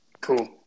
Cool